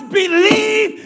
believe